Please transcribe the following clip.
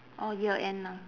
orh year end lah